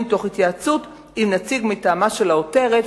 תוך התייעצות עם נציג מטעמה של העותרת.